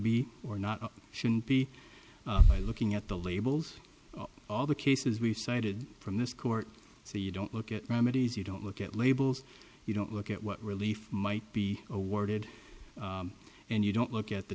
be or not shouldn't be looking at the labels all the cases we've cited from this court so you don't look at remedies you don't look at labels you don't look at what relief might be awarded and you don't look at the